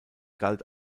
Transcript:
galt